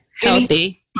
healthy